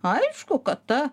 aišku kad ta